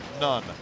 None